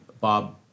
Bob